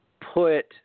put